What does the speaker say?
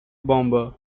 bomber